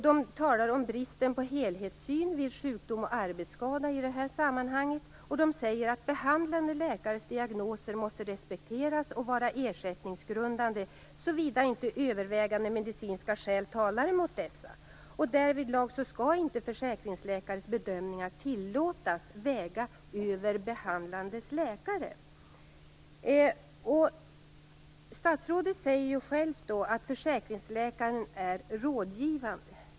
De talade om bristen om på helhetssyn vid sjukdom och arbetsskada i det här sammanhanget, och de sade att behandlande läkares diagnoser måste respekteras och vara ersättningsgrundande såvida inte övervägande medicinska skäl talar mot dessa. Därvidlag skall inte försäkringsläkares bedömningar tillåtas väga över behandlande läkares. Statsrådet säger själv att försäkringsläkaren är rådgivande.